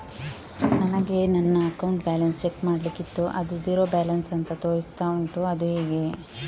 ನನಗೆ ನನ್ನ account balance check ಮಾಡ್ಲಿಕ್ಕಿತ್ತು ಅದು ಝೀರೋ ಬ್ಯಾಲೆನ್ಸ್ ಅಂತ ತೋರಿಸ್ತಾ ಉಂಟು ಅದು ಹೇಗೆ?